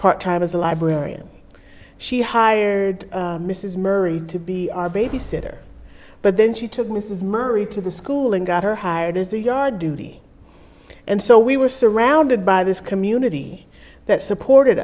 part time as a librarian she hired mrs murray to be our babysitter but then she took mrs murray to the school and got her hired as a yard duty and so we were surrounded by this community that supported